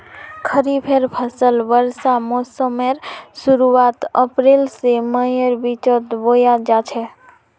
खरिफेर फसल वर्षा मोसमेर शुरुआत अप्रैल से मईर बिचोत बोया जाछे